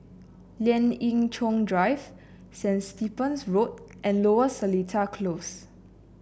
Lien Ying Chow Drive Saint Stephen's Road and Lower Seletar Close